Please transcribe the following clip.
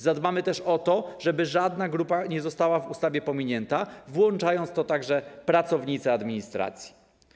Zadbamy też o to, żeby żadna grupa nie została w ustawie pominięta, włączając w to także pracownice administracji.